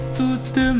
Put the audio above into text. toute